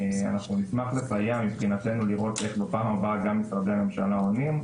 אנחנו נשמח לסייע מבחינתנו לראות איך בפעם הבאה גם משרדי הממשלה עונים.